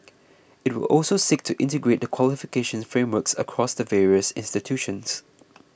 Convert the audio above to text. it will also seek to integrate the qualification frameworks across the various institutions